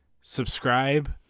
subscribe